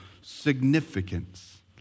significance